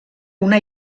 una